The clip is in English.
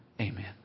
Amen